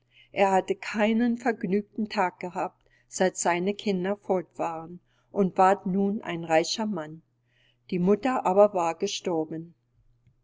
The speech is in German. er hatte keinen vergnügten tag gehabt seit seine kinder fort waren und ward nun ein reicher mann die mutter aber war gestorben